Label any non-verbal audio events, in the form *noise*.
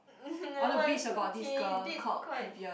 *laughs* nevermind it's okay it did quite